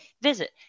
visit